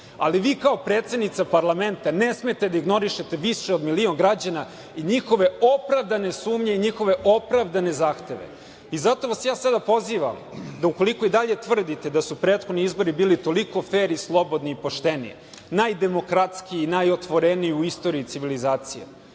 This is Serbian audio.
ali vi kao predsednica parlamenta ne smete da ignorišete više od milion građana i njihove opravdane sumnje i njihove opravdane zahteve. Zato vas ja sada pozivam da ukoliko i dalje tvrdite da su prethodni izbori bili toliko fer i slobodni i pošteni, najdemokratskiji, najotvoreniji u istoriji civilizacije,